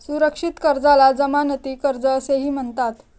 सुरक्षित कर्जाला जमानती कर्ज असेही म्हणतात